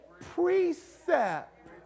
precept